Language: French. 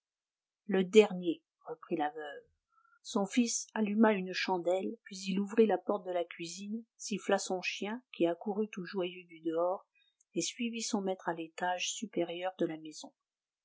le dernier reprit la veuve son fils alluma une chandelle puis il ouvrit la porte de la cuisine siffla son chien qui accourut tout joyeux du dehors et suivit son maître à l'étage supérieur de la maison